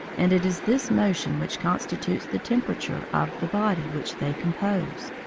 and it is this motion which constitutes the temperature of the body which they compose.